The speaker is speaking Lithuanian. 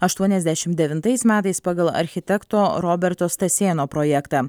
aštuoniasdešim devintais metais pagal architekto roberto stasėno projektą